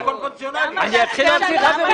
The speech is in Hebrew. --- עכשיו אתחיל להוציא.